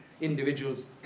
individuals